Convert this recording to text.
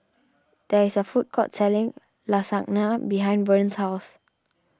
there is a food court selling Lasagna behind Vern's house